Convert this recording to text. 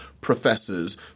professors